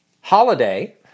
Holiday